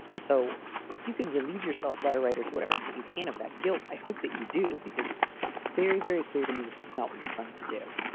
so if you can relieve yourself letter writer to whatever extent you can of that guilt, i hope that you do, because very, very clear to me that that's not what you're trying to do.